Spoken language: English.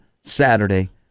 Saturday